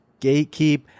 gatekeep